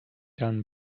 done